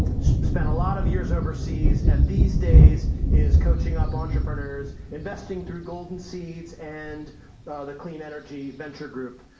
spent a lot of years overseas, and these days is coaching up entrepreneurs investing through golden seeds and the clean energy venture group.